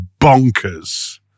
bonkers